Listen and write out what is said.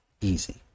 easy